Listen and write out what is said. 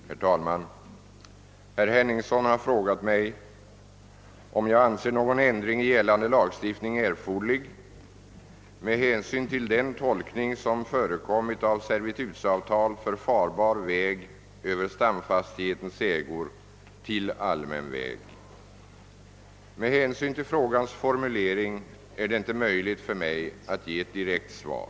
Herr talman! Herr Henningsson har frågat mig, om jag anser någon ändring i gällande lagstiftning erforderlig »med hänsyn till den tolkning som förekommit av servitutsavtal för farbar väg över stamfastighetens ägor till allmän väg». Med hänsyn till frågans formulering är det inte möjligt för mig att ge ett direkt svar.